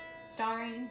starring